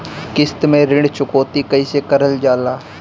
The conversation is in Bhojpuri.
किश्त में ऋण चुकौती कईसे करल जाला?